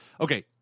Okay